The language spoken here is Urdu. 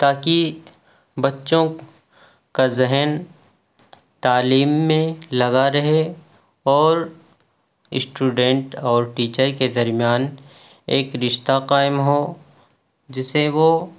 تاکہ بچوں کا ذہن تعلیم میں لگا رہے اور اسٹوڈینٹ اور ٹیچر کے درمیان ایک رشتہ قائم ہو جسے وہ